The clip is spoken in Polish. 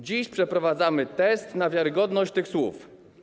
Dziś przeprowadzamy test na wiarygodność tych słów.